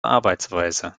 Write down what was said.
arbeitsweise